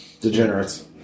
Degenerates